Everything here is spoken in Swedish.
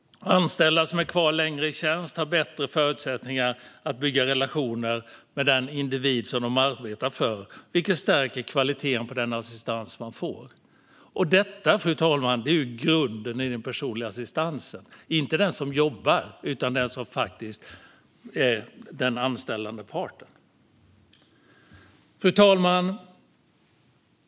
Anställda som är kvar längre i tjänst har bättre förutsättningar att bygga relationer med den individ de arbetar för, vilket stärker kvaliteten på den assistans man får. Fru talman! Detta är ju grunden i den personliga assistansen - inte den som jobbar utan den som faktiskt är den anställande parten.